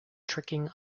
tricking